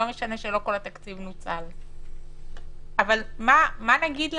לא משנה שלא כל התקציב נוצל, אבל מה נגיד להם?